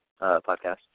podcast